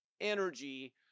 energy